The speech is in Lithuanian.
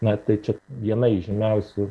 na tai čia viena iš žymiausių